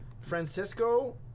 Francisco